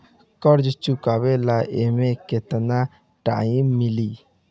कर्जा चुकावे ला एमे केतना टाइम मिली?